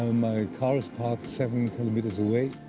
um my car is parked seven kilometers away,